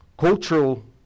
cultural